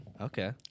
Okay